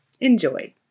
Enjoy